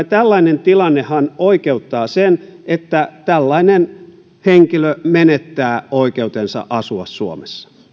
tällainen tilannehan oikeuttaa sen että tällainen henkilö menettää oikeutensa asua suomessa